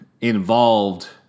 involved